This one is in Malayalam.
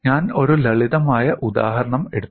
ഞാൻ ഒരു ലളിതമായ ഉദാഹരണം എടുത്തു